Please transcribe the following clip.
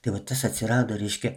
tai va tas atsirado reiškia